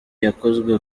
yakozwe